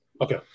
Okay